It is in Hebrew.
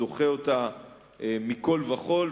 דוחה אותה מכול וכול,